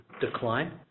decline